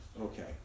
Okay